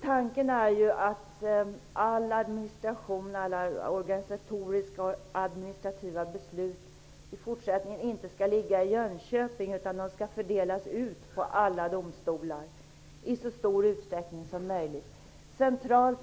Tanken är ju att all administration och alla organisatoriska och administrativa beslut i fortsättningen inte skall ske i Jönköping, utan fördelas ut på domstolarna i så stor utsträckning som möjligt.